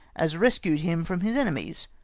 as rescued him from his enemies,